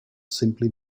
simply